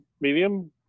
medium